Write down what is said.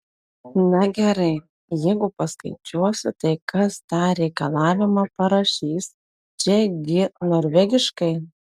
na gerai jeigu paskaičiuosiu tai kas tą reikalavimą parašys čia gi norvegiškai